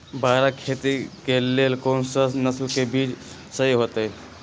बाजरा खेती के लेल कोन सा नसल के बीज सही होतइ?